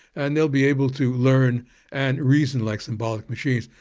and they'll be able to learn and reason like symbolic machines.